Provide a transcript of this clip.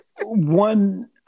one